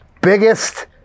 biggest